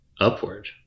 upward